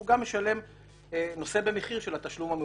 והוא גם נושא במחיר של התשלום המאוחר,